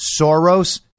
Soros